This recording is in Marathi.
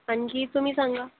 आणखी तुम्ही सांगा